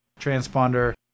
transponder